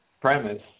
premise